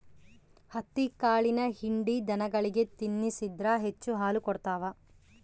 ಹತ್ತಿಕಾಳಿನ ಹಿಂಡಿ ದನಗಳಿಗೆ ತಿನ್ನಿಸಿದ್ರ ಹೆಚ್ಚು ಹಾಲು ಕೊಡ್ತಾವ